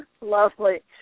Lovely